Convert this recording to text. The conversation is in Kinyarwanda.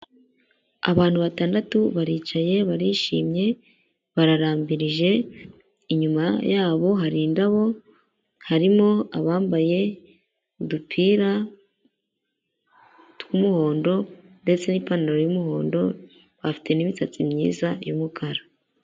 Abantu batandatu baricaye barishimye bararambirije, inyuma yabo hari indabo, harimo abambaye udupira tw'umuhondo ndetse n'ipantaro y'umuhondo, bafite n'imisatsi myiza y'umukara.